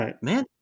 man